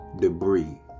Debris